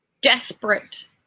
desperate